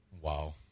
Wow